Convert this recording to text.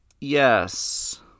yes